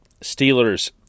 Steelers